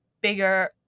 bigger